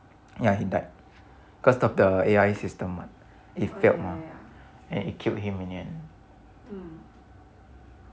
ya he died cause of the A_I system what it failed mah and it killed him in the end